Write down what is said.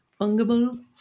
Fungible